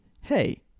hey